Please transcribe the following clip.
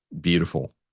Beautiful